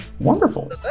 wonderful